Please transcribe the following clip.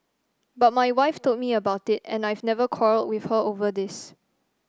but my wife told me about it and I've never quarrelled with her over this